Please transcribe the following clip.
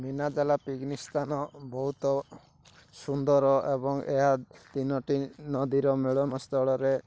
ମିନା ଦେଲା ପିକ୍ନିକ୍ ସ୍ଥାନ ବହୁତ ସୁନ୍ଦର ଏବଂ ଏହା ତିନୋଟି ନଦୀର ମିଳନ ସ୍ଥଳରେ